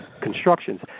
constructions